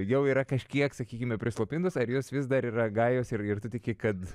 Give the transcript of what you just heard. jau yra kažkiek sakykime prislopintos ar jos vis dar yra gajos ir ir tu tiki kad